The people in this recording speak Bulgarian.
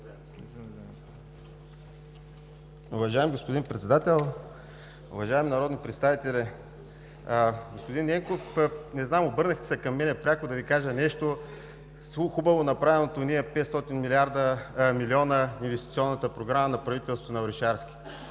Уважаеми господин Председател, уважаеми народни представители. Господин Ненков, обърнахте се към мен пряко да Ви кажа нещо хубаво, направено с онези 500 милиона – Инвестиционната програма на правителството на Орешарски.